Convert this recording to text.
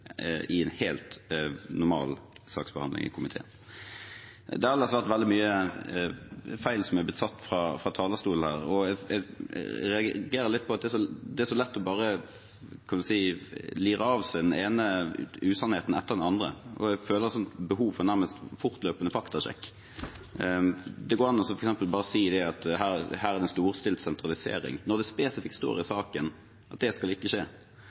i en helt normal saksbehandling i komiteen. Det har ellers vært veldig mye feil som har blitt sagt fra talerstolen her. Jeg reagerer på at det er så lett å bare lire av seg den ene usannheten etter den andre. Jeg føler behov for en nærmest fortløpende faktasjekk. Det går an å si f.eks. at her er det en storstilt sentralisering, når det spesifikt står i saken at det ikke skal skje.